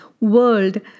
world